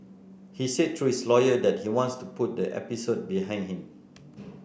he said through his lawyer that he wants to put the episode behind him